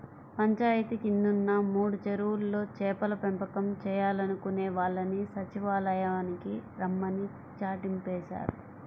పంచాయితీ కిందున్న మూడు చెరువుల్లో చేపల పెంపకం చేయాలనుకునే వాళ్ళని సచ్చివాలయానికి రమ్మని చాటింపేశారు